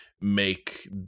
make